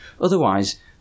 Otherwise